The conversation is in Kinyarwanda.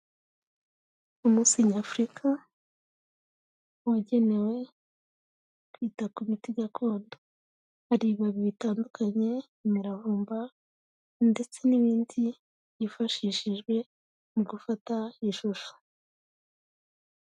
Umunsi nyafurika wagenewe kwita ku miti gakondo, hari ibibabi bitandukanye imiravumba ndetse n'ibindi yifashishijwe mu gufata ishusho.